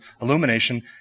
Illumination